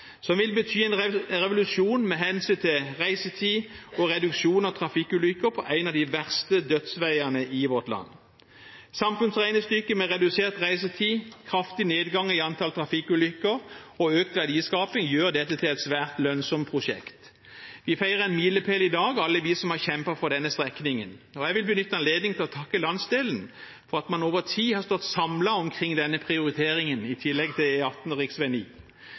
som vil bety en revolusjon med hensyn til reisetid og reduksjon av antall trafikkulykker på en av de verste dødsveiene i vårt land. Samfunnsregnestykket, med redusert reisetid, kraftig nedgang i antall trafikkulykker og økt verdiskaping, gjør dette til et svært lønnsomt prosjekt. Alle vi som har kjempet for denne strekningen, feirer en milepæl i dag, og jeg vil benytte anledningen til å takke landsdelen for at man over tid har stått samlet om denne prioriteringen, i tillegg til E18 og